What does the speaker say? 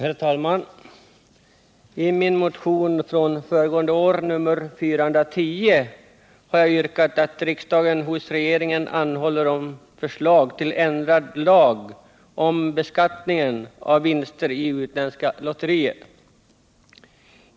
Herr talman! I min motion 1977/78:410 har jag yrkat att riksdagen hos regeringen anhåller om förslag till ändring av lagen om beskattningen av vinster i utländska lotterier.